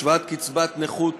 השוואת קצבת נכות